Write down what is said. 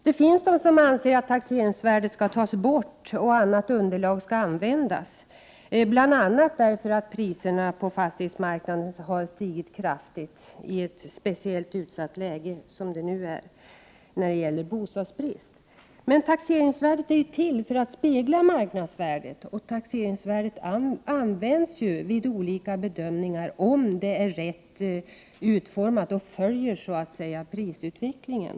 Det finns de som anser att taxeringsvärdet skall tas bort och att annat underlag i stället skall användas, bl.a. för att priserna har stigit kraftigt på fastighetsmarknaden i det nuvarande speciellt utsatta läget med bostadsbrist. Men taxeringsvärdet är ju till för att spegla marknadsvärdet, och det används vid olika bedömningar för att man skall se om det är rätt utformat och följer prisutvecklingen.